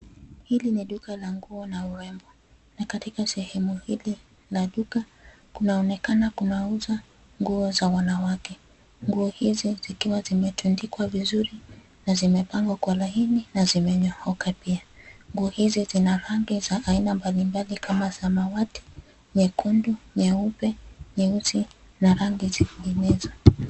Hili ni duka la nguo na urembo na katika sehemu hili la duka kunaonekana kunauzwa nguo za wanawake, nguo hizi zikiwa zimetundikwa vizuri na zimepangwa kwa laini na zimenyooka pia. Nguo hizi zina rangi za aina mbalimbali kama samawati, nyekundu, nyeupe, nyeusi na rangi zinginezo.